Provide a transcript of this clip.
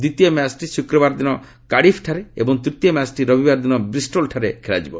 ଦ୍ୱିତୀୟ ମ୍ୟାଚ୍ଟି ଶୁକ୍ରବାର ଦିନ କାର୍ଡିଫ୍ଠାରେ ଏବଂ ତୂତୀୟ ମ୍ୟାଚ୍ଟି ରବିବାର ଦିନ ବ୍ରିଷ୍ଟୋଲ୍ଠାରେ ଖେଳାଯିବ